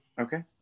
Okay